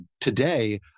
today